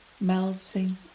melting